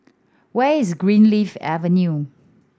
where is Greenleaf Avenue